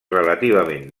relativament